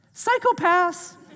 Psychopaths